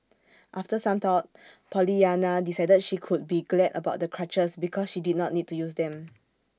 after some thought Pollyanna decided she could be glad about the crutches because she did not need to use them